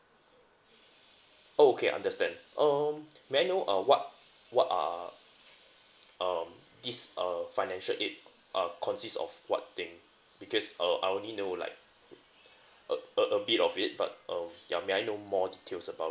oh okay understand um may I know uh what what are um this uh financial aid uh consist of what thing because uh I only know like a a a bit of it but um ya may I know more details about it